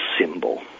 symbol